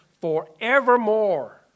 forevermore